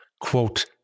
Quote